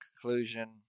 conclusion